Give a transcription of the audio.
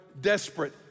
desperate